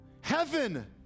heaven